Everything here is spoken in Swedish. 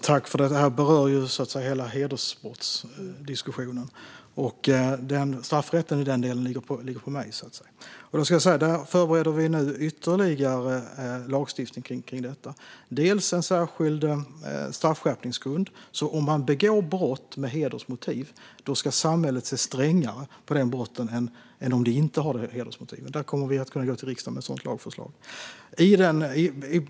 Fru talman! Det här berör ju hela hedersbrottsdiskussionen, och straffrätten i den delen ligger på mig. Vi förbereder nu ytterligare lagstiftning kring detta. Ett förslag är en särskild straffskärpningsgrund. Om man begår brott med hedersmotiv ska samhället se strängare på de brotten än om man inte har hedersmotiv. Vi kommer att kunna gå till riksdagen med ett sådant lagförslag.